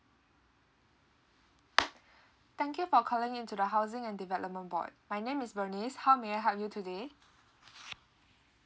thank you for calling into the housing and development board my name is bernice how may I help you today